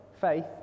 faith